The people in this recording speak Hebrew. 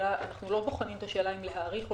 אנחנו לא בוחנים את השאלה האם להאריך או